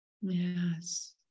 Yes